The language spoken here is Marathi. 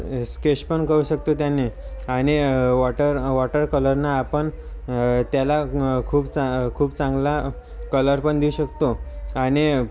स्केचपण करू शकतो त्यानी आणि वॉटर वॉटर कलरनं आपण त्याला खूप चा खूप चांगला कलरपण देऊ शकतो आणि